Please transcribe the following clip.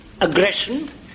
aggression